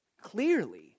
clearly